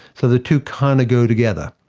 so the two kind of go together.